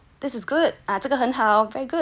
this is good ah 这个很好 very good